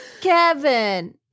Kevin